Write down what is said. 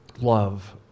love